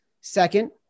Second